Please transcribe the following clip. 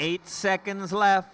eight seconds left